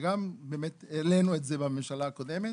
וגם העלינו את זה בממשלה הקודמת,